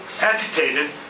agitated